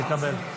תקבל,